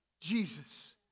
Jesus